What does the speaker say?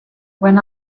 when